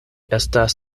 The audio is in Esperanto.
estas